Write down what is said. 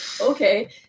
okay